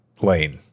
lane